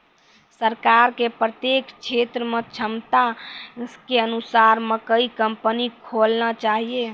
सरकार के प्रत्येक क्षेत्र मे क्षमता के अनुसार मकई कंपनी खोलना चाहिए?